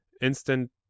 instant